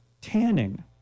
Tanning